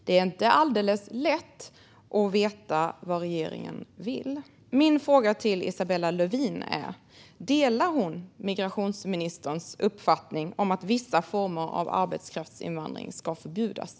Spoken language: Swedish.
Det är inte alldeles lätt att veta vad regeringen vill. Min fråga till Isabella Lövin är: Delar hon migrationsministerns uppfattning att vissa former av arbetskraftsinvandring ska förbjudas?